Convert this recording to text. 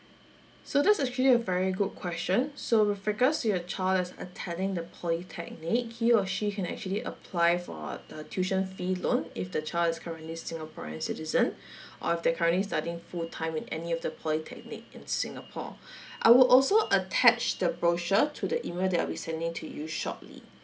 so that's actually a very good question so with regards your child is attending the polytechnic he or she can actually apply for the tuition fee loan if the child is currently singaporean citizen or if they're currently studying full time in any of the polytechnic in singapore I would also attach the brochure to the email that I'll be sending to you shortly